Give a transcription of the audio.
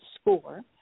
score